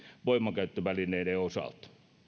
voimankäyttövälineiden osalta